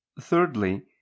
thirdly